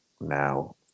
now